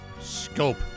scope